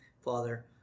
father